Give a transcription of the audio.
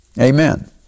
Amen